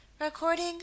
Recording